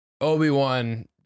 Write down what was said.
obi-wan